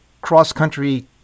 cross-country